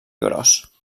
gros